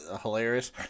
hilarious